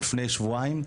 לפני שבועיים,